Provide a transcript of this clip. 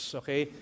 okay